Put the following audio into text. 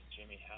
Jimmy